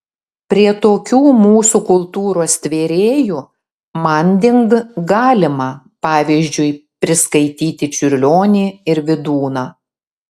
prie tokių mūsų kultūros tvėrėjų manding galima pavyzdžiui priskaityti čiurlionį ir vydūną